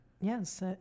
yes